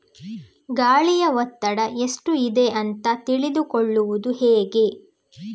ಗಾಳಿಯ ಒತ್ತಡ ಎಷ್ಟು ಇದೆ ಅಂತ ತಿಳಿದುಕೊಳ್ಳುವುದು ಹೇಗೆ?